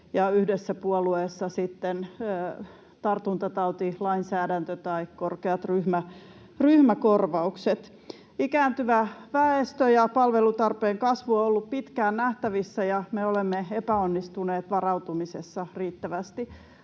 ja yhdessä puolueessa sitten tartuntatautilainsäädäntö tai korkeat ryhmäkorvaukset. Ikääntyvä väestö ja palvelutarpeen kasvu ovat olleet pitkään nähtävissä, ja me olemme epäonnistuneet varautumisessa riittävästi.